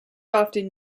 often